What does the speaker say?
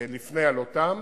לפני עלותם.